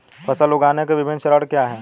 फसल उगाने के विभिन्न चरण क्या हैं?